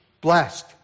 blessed